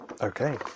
okay